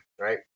right